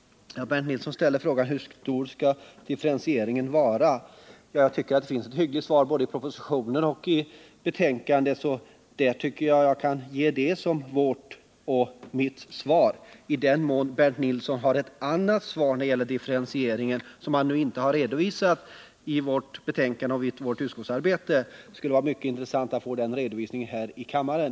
Bernt Nilsson ställde frågan: Hur stor skall differentieringen vara? Jag tycker att det finns ett hyggligt svar både i propositionen och i betänkandet. Därför kan jag ge det som mitt och utskottets svar. I den mån Bernt Nilsson har ett annat svar när det gäller differentieringen, som han inte har redovisat under utskottsarbetet eller i betänkandet, skulle det vara mycket intressant att nu få det redovisat här i kammaren.